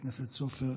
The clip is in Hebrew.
חבר הכנסת סופר,